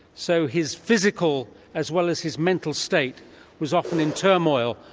so his physical as well as his mental state was often in turmoil,